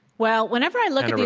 well, whenever i look at